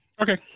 Okay